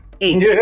Eight